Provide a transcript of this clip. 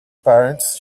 parents